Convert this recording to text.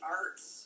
arts